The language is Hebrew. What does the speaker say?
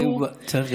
צריך,